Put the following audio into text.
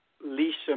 Lisa